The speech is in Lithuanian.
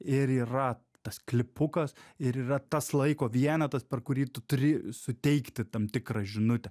ir yra tas klipukas ir yra tas laiko vienetas per kurį tu turi suteikti tam tikrą žinutę